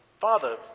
father